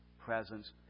presence